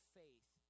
faith